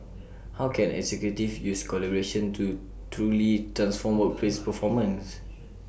how can executives use collaboration tools to truly transform workplace performance